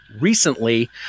recently